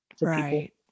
right